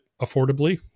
affordably